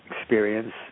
experience